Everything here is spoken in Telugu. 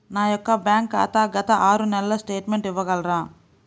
నా యొక్క బ్యాంక్ ఖాతా గత ఆరు నెలల స్టేట్మెంట్ ఇవ్వగలరా?